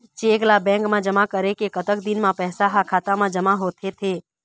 Cheque ला bank मा जमा करे के कतक दिन मा पैसा हा खाता मा जमा होथे थे?